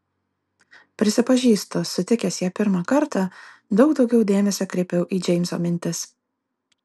prisipažįstu sutikęs ją pirmą kartą daug daugiau dėmesio kreipiau į džeimso mintis